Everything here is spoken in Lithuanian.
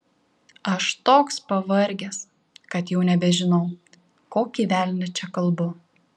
aš toks pavargęs kad jau nebežinau kokį velnią čia kalbu